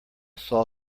saw